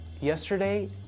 Yesterday